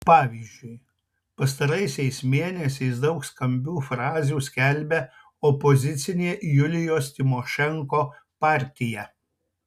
pavyzdžiui pastaraisiais mėnesiais daug skambių frazių skelbia opozicinė julijos tymošenko partija